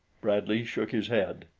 bradley shook his head.